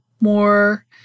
more